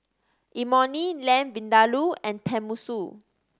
Imoni Lamb Vindaloo and Tenmusu